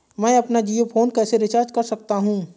मैं अपना जियो फोन कैसे रिचार्ज कर सकता हूँ?